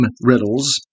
riddles